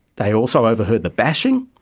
they also overheard the bashing.